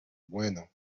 bueno